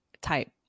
type